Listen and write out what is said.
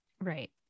Right